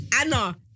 Anna